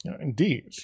Indeed